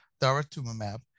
daratumumab